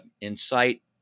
incite